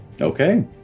Okay